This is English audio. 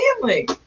family